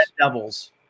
Devils